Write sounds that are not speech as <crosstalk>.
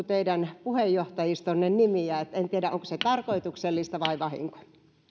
<unintelligible> teidän puheenjohtajistonne nimiä en tiedä onko se tarkoituksellista vai vahinko